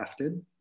crafted